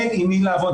אין עם מי לעבוד.